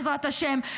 בעזרת השם,